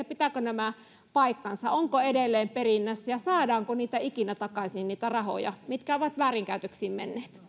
pitävätkö nämä paikkansa ovatko ne edelleen perinnässä ja saadaanko ikinä takaisin niitä rahoja mitkä ovat väärinkäytöksiin menneet